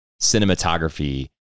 cinematography